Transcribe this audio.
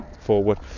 forward